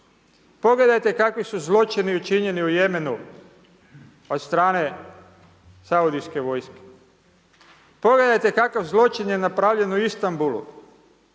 pogledajte kakvi su zločini učinjeni u Jemenu od strane saudijske vojske, pogledajte kakav zločin je napravljen u Istambulu,